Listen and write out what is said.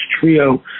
Trio